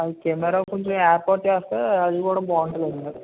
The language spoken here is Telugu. అవి కెమెరా కొంచెం ఏర్పాటు చేస్తే అది కూడా బాగుంటుందండి